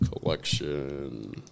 collection